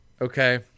okay